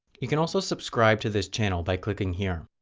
you can also subscribe to this channel by clicking here.